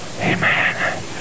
Amen